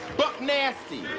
buc nasty!